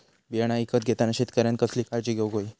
बियाणा ईकत घेताना शेतकऱ्यानं कसली काळजी घेऊक होई?